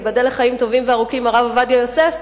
וייבדל לחיים טובים וארוכים הרב עובדיה יוסף,